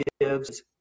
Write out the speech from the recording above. gives